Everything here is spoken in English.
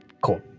Cool